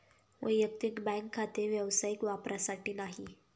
वैयक्तिक बँक खाते व्यावसायिक वापरासाठी नाही